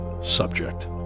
subject